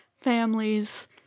families